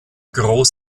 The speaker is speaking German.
groß